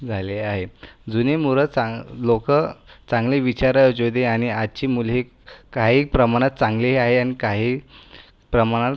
झाले आहेत जुने मुले चांग् लोक चांगल्या विचाराचे होते आणि आजची मुलं ही काही प्रमाणात चांगलीही आहे आणि काही प्रमाणात